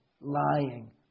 lying